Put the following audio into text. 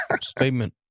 Statement